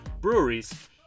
breweries